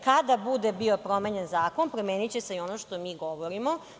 Kada bude bio promenjen zakon, promeniće se i ono što mi govorimo.